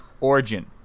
origin